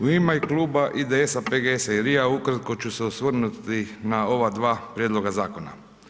U ime Kluba IDS-a, PGS-a i RI-a ukratko ću se osvrnuti na ova dva prijedloga zakona.